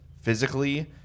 physically